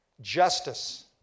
justice